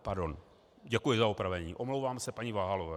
Pardon, děkuji za opravení, omlouvám se paní Váhalové.